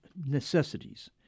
necessities